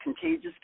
contagious